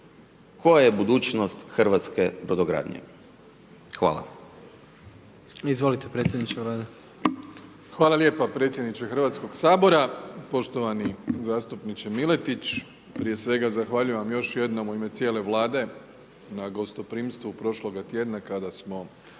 Gordan (HDZ)** Izvolite predsjedniče Vlade. **Plenković, Andrej (HDZ)** Hvala lijepo predsjedniče Hrvatskog sabora. Poštovani zastupniče Miletić, prije svega zahvaljujem vam još jednom u ime cijele Vlade na gostoprimstvu prošloga tjedna kada smo